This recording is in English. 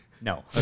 no